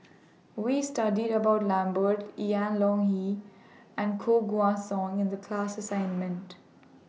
We studied about Lambert Ian Ong Li and Koh Guan Song in The class assignment